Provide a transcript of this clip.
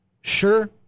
Sure